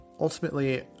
ultimately